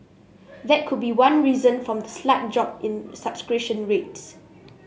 that could be one reason from the slight drop in subscription rates